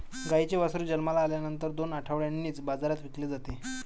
गाईचे वासरू जन्माला आल्यानंतर दोन आठवड्यांनीच बाजारात विकले जाते